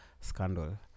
Scandal